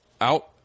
out